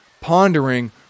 pondering